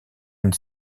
une